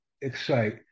excite